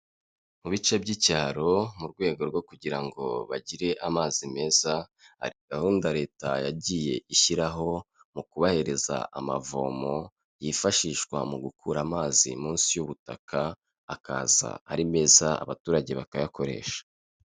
Mu bice by'icyaro mu rwego rwo kugira ngo bagire amazi meza, hari gahunda Leta yagiye ishyiraho mu kubahereza amavomo yifashishwa mu gukura amazi munsi y'ubutaka akaza ari meza abaturage bakayakoresha.